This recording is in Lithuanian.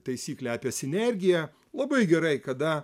taisyklę apie sinergiją labai gerai kada